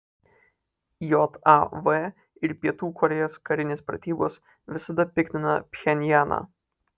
jav ir pietų korėjos karinės pratybos visada piktina pchenjaną